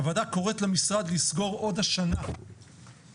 הוועדה קוראת למשרד לסגור עוד השנה את